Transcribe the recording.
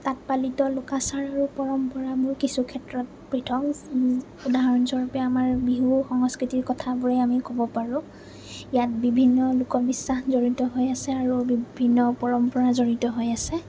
তাত পালিত লোকাচাৰ আৰু পৰম্পৰাবোৰ কিছুক্ষেত্ৰত পৃথক উদাহৰণস্বৰূপে আমাৰ বিহু সংস্কৃতিৰ কথাবোৰে আমি ক'ব পাৰোঁ ইয়াত বিভিন্ন লোকবিশ্বাস জড়িত হৈ আছে আৰু বিভিন্ন পৰম্পৰা জড়িত হৈ আছে